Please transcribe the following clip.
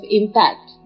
impact